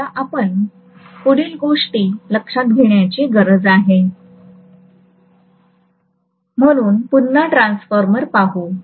आता आपण पुढील गोष्टी लक्षात घेण्याची गरज आहे म्हणून पुन्हा ट्रान्सफॉर्मर पाहू